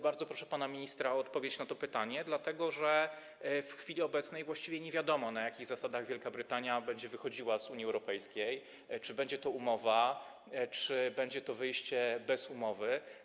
Bardzo proszę pana ministra o odpowiedź na to pytanie, dlatego że w chwili obecnej właściwie nie wiadomo, na jakich zasadach Wielka Brytania będzie wychodziła z Unii Europejskiej, czy będzie to umowa, czy będzie to wyjście bez umowy.